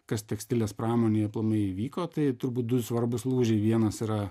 kas tekstilės pramonėje na įvyko tai turbūt du svarbūs lūžiai vienas yra